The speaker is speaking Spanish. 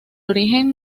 origen